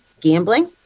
gambling